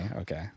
Okay